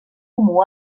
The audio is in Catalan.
comú